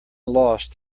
lost